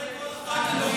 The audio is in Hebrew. בגלל זה כל הח"כים בחוץ.